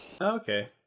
Okay